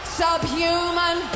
subhuman